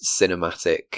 cinematic